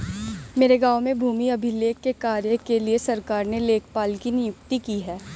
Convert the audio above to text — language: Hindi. मेरे गांव में भूमि अभिलेख के कार्य के लिए सरकार ने लेखपाल की नियुक्ति की है